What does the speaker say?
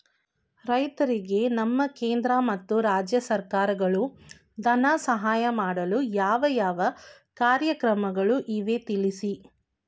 ರೈತರಿಗೆ ನಮ್ಮ ಕೇಂದ್ರ ಮತ್ತು ರಾಜ್ಯ ಸರ್ಕಾರಗಳು ಧನ ಸಹಾಯ ಮಾಡಲು ಯಾವ ಯಾವ ಕಾರ್ಯಕ್ರಮಗಳು ಇವೆ ತಿಳಿಸಿ?